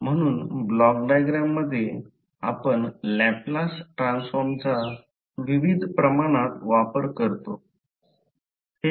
म्हणून ब्लॉक डायग्राममध्ये आपण लॅपलास ट्रान्सफॉर्म चा विविध प्रमाणात वापर करतो